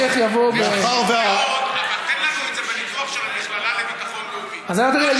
לא, ברמה של המכללה.